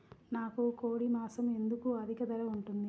నాకు కోడి మాసం ఎందుకు అధిక ధర ఉంటుంది?